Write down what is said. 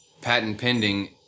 patent-pending